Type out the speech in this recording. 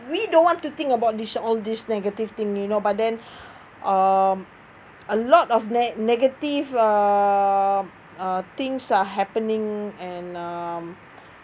we don't want to think about this all this negative thing you know but then um a lot of ne~ negative err uh things are happening and um